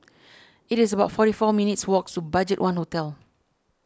It is about forty four minutes' walk to Budgetone Hotel